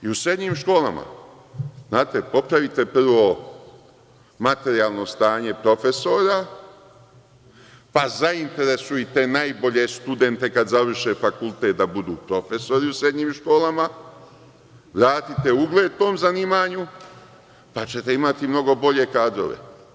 I u srednjim školama, znate, popravite prvo materijalno stanje profesora, pa zainteresujete najbolje studente kada završe fakultet da budu profesori u srednjim školama, vratite ugled tom zanimanju pa ćete imati mnogo bolje kadrove.